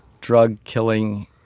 drug-killing